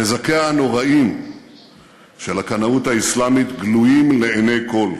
נזקיה הנוראים של הקנאות האסלאמית גלויים לעיני כול.